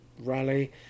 rally